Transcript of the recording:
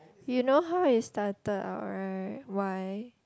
you know how I started out right why